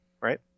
right